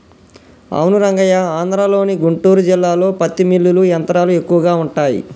అవును రంగయ్య ఆంధ్రలోని గుంటూరు జిల్లాలో పత్తి మిల్లులు యంత్రాలు ఎక్కువగా ఉంటాయి